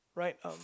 right arm